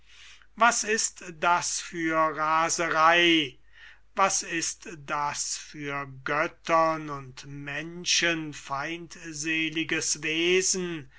was ist das für raserei was ist das für göttern und menschen feindseliges wesen